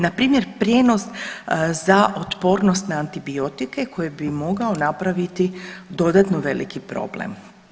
Na primjer prijenos za otpornost na antibiotike koje bi mogao napraviti dodatno veliki problem.